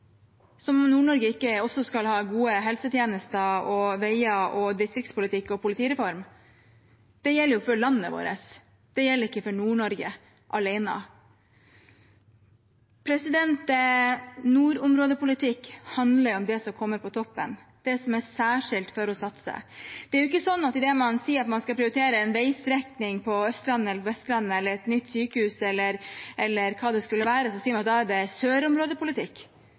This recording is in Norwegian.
som om Nord-Norge ikke også skal ha gode helsetjenester og veier og distriktspolitikk og politireform. Det gjelder jo for landet vårt, det gjelder ikke for Nord-Norge alene. Nordområdepolitikk handler om det som kommer på toppen, det som er særskilt for å satse. Det er ikke sånn at idet man sier at man skal prioritere en veistrekning på Østlandet eller på Vestlandet eller et nytt sykehus eller hva det skulle være, så sier man at da er det sørområdepolitikk,